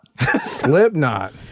Slipknot